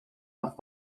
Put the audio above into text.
noch